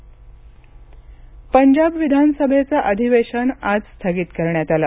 पंजाब विधानसभा पंजाब विधानसभेचं अधिवेशन आज स्थगित करण्यात आलं